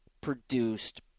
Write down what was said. produced